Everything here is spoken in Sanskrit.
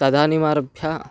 तदानीमारभ्य